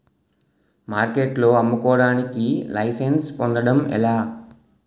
మార్కెట్లో అమ్ముకోడానికి లైసెన్స్ పొందడం ఎలా?